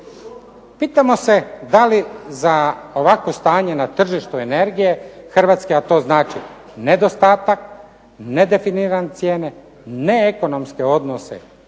Pitamo se da li za ovakvo stanje na tržištu energije Hrvatska, a to znači nedostatak, nedefinirane cijene, neekonomske odnose